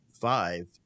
five